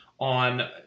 on